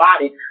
body